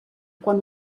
quan